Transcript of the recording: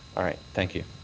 all right. thank you.